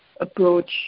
approach